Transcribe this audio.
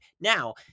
Now